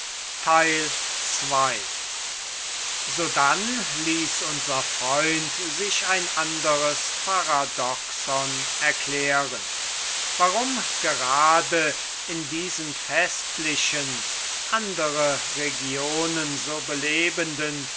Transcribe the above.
sodann ließ unser freund sich ein anderes paradoxon erklären warum gerade in diesen festlichen andere regionen so belebenden